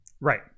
Right